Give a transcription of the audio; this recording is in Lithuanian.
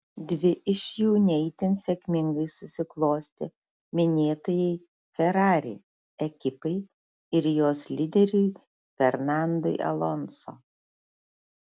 dvi iš jų ne itin sėkmingai susiklostė minėtajai ferrari ekipai ir jos lyderiui fernandui alonso